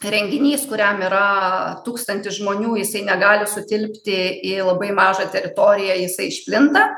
renginys kuriam yra tūkstantis žmonių jis negali sutilpti į labai mažą teritoriją jisai išplinta